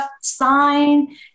sign